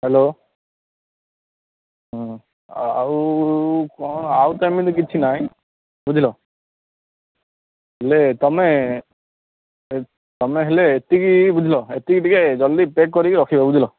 hello ହଁ ଆଉ ଆଉ କଣ ଆଉ ତ ହେମିତି ତ କିଛି ନାହିଁ ବୁଝିଲ ହେଲେ ତମେ ତମେ ହେଲେ ଏତିକି ବୁଝିଲ ଏତିକି ଟିକେ ଜଲ୍ଦି ପ୍ୟାକ୍ କରିକି ରଖିଦିଅ ବୁଝିଲ